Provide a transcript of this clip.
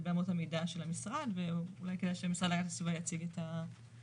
באמות המידה של המשרד ואולי כדאי שהמשרד להגנת הסביבה יציג את אמות